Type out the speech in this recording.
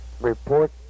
Report